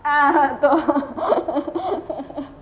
ah tohar